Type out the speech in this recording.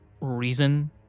reason